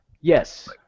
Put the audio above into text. Yes